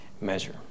measure